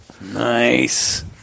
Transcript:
Nice